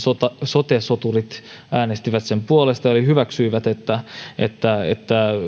sote soturit äänestivät sen puolesta eli hyväksyivät että että